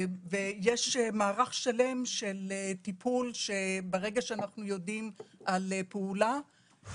יש מערך שלם של טיפול שברגע שאנחנו יודעים על פעולה,